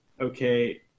okay